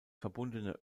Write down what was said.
verbundene